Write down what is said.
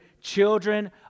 children